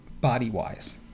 body-wise